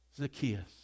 Zacchaeus